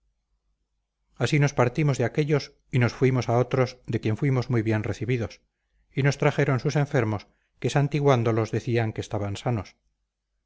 así nos partimos de aquéllos y nos fuimos a otros de quien fuimos muy bien recibidos y nos trajeron sus enfermos que santiguándolos decían que estaban sanos